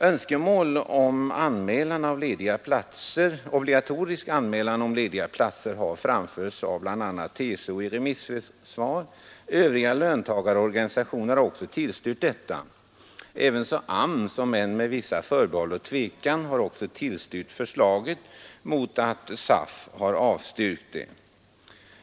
Önskemål om obligatorisk anmälan av lediga platser har framförts av bl.a. TCO i remissvar. Övriga löntagarorganisationer har också tillstyrkt detta. Även AMS har, om än med vissa förbehåll och tvekan, tillstyrkt förslaget. Däremot har SAF avstyrkt det.